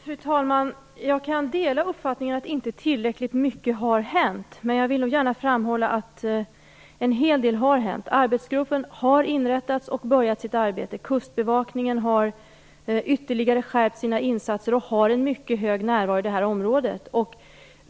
Fru talman! Jag kan dela uppfattningen att inte tillräckligt mycket har hänt, men jag vill gärna framhålla att en hel del har hänt. Arbetsgruppen har inrättats och börjat sitt arbete. Kustbevakningen har ytterligare skärpt sina insatser och har en mycket hög närvaro i det här området.